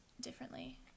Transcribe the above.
differently